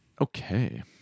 Okay